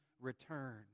return